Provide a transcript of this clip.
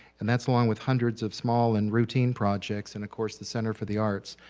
and that's along with hundreds of small and routine projects and of course the center for the arts,